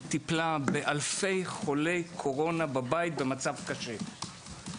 טיפלה באלפי חולי קורונה בבית במצב קשה.